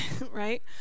right